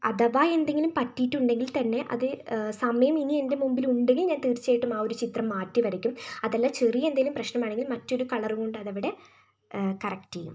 അഥവാ എന്തെങ്കിലും പറ്റീട്ടുണ്ടെങ്കിത്തന്നെ അത് സമയം ഇനി എൻ്റെ മുൻപിലുണ്ടെങ്കിൽ ഞാൻ തീർച്ചയായ്യിട്ടും ആ ഒരു ചിത്രം മാറ്റി വരയ്ക്കും അതല്ല ചെറിയ എന്തേലും പ്രശ്നമാണെങ്കിൽ മറ്റൊരു കളറുകൊണ്ടതവിടെ കറക്റ്റ് ചെയ്യും